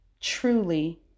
truly